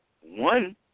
one